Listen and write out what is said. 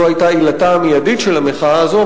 זו היתה עילתה המיידית של המחאה הזאת,